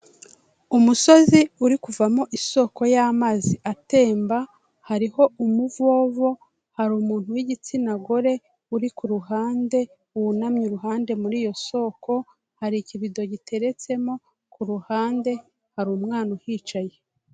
Umusozi uri kuvamo isoko y'amazi atemba, hariho umuvovo, hari umuntu w'igitsina gore uri ku ruhande, wunamye iruhande muri iyo soko, hari ikibido giteretsemo, ku ruhande hari umwana uhicaye.